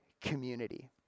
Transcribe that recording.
community